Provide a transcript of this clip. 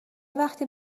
وقتی